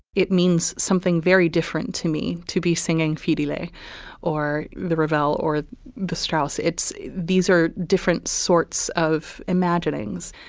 it means something very different to me to be singing for delay or the ravel or the strauss. it's these are different sorts of imaginings.